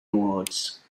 awards